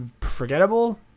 forgettable